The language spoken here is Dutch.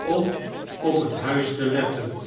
om op het huis te letten